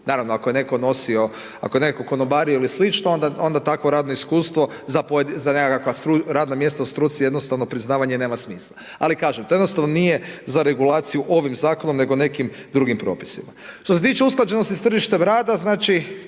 nosio, ako je netko konobario ili slično onda takvo radno iskustvo za nekakva radna mjesta u struci jednostavno priznavanje nema smisla. Ali kažem, to jednostavno nije za regulaciju ovim zakonom nego nekim drugim propisima. Što se tiče usklađenosti sa tržištem rada, znači